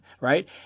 right